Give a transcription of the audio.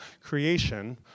creation